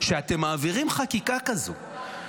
שאתם מעבירים חקיקה כזו?